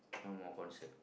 no more concert